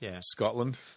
Scotland